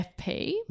FP